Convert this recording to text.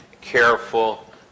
careful